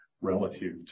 relative